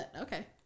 Okay